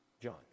John